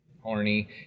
horny